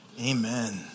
Amen